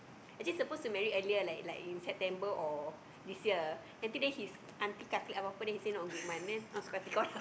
actually suppose to marry earlier like like in September or this year then after that his aunty calculate apa apa then say not good month ah suka hati kau lah